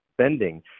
spending